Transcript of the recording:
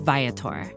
Viator